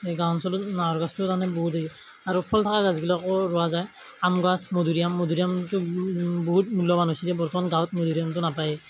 এই গাঁও অঞ্চলত নাহৰ গছটো তাৰমানে বহুত হেৰি আৰু ফল থকা গাছবিলাকো ৰোৱা যায় আম গছ মধুৰিআম মধুৰিআমটো বহুত মূল্যৱান হৈছে বৰ্তমান গাঁৱত মধুৰিআমটো নাপায়েই